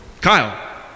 Kyle